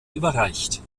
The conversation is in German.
überreicht